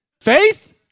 faith